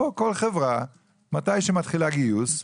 פה כל חברה כשמתחילה גיוס,